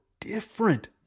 different